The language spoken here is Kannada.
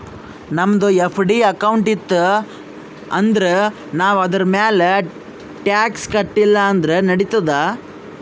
ನಮ್ದು ಎಫ್.ಡಿ ಅಕೌಂಟ್ ಇತ್ತು ಅಂದುರ್ ನಾವ್ ಅದುರ್ಮ್ಯಾಲ್ ಟ್ಯಾಕ್ಸ್ ಕಟ್ಟಿಲ ಅಂದುರ್ ನಡಿತ್ತಾದ್